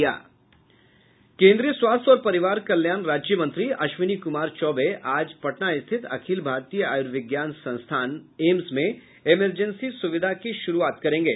केन्द्रीय स्वास्थ्य और परिवार कल्याण राज्यमंत्री अश्विनी कुमार चौबे आज पटना स्थित अखिल भारतीय आयुर्विज्ञान संस्थान एम्स में इमरजेंसी सुविधा का शुरूआत करेंगे